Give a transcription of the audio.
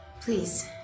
Please